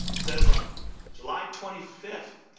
says on july twenty fifth